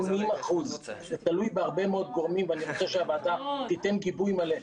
זה תלוי בהרבה מאוד גורמים ואני רוצה שהוועדה תיתן גיבוי מלא,